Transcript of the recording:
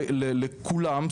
לכולם,